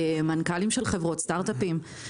ממנכ"לים של חברות, מסטארטאפים.